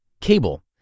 cable